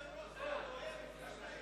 בצירוף קולה של אורית נוקד,